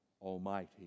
Almighty